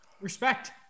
Respect